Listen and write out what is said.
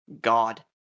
god